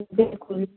बिल्कुल